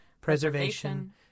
preservation